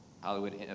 Hollywood